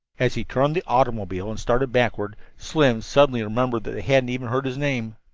as he turned the automobile and started backward, slim suddenly remembered that they hadn't even heard his name.